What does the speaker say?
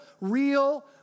real